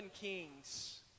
kings